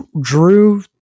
drew